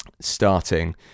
starting